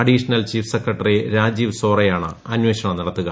additional chief secretary Rajeev സോറയാണ് അന്വേഷണം നടത്തുക